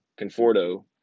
conforto